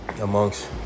amongst